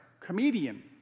comedian